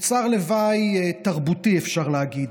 כתוצר לוואי תרבותי, אפשר להגיד.